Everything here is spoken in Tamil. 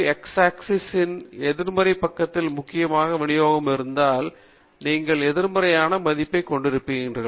X axis இன் எதிர்மறை பக்கத்தில் முக்கியமாக விநியோகம் இருந்தால் நீங்கள் எதிர்மறையான மதிப்பைக் கொண்டிருப்பீர்கள்